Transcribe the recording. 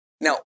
Now